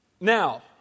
Now